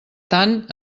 tant